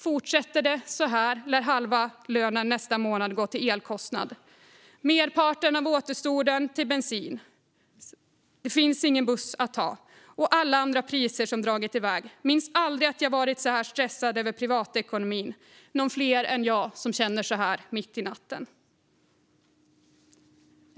Fortsätter det så här lär halva lönen nästa månad gå till elkostnad. Merparten av återstoden går till bensin - nej, det finns ingen buss att ta - och alla andra priser som har dragit iväg. Minns inte att jag någonsin varit så stressad över privatekonomin. Någon mer än jag som känner så här mitt i natten?